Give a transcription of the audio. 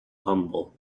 humble